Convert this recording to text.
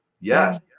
Yes